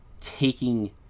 taking